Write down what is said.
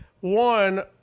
one